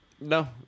No